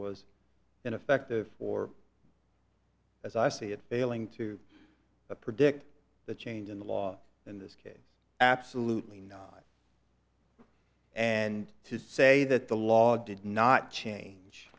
was ineffective or as i see it failing to predict the change in the law in this case absolutely not and to say that the law did not change